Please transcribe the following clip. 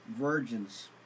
virgins